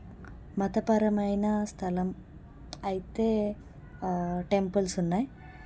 మతపరమైన స్థలం అయితే టెంపుల్స్ ఉన్నాయి